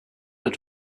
had